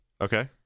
Okay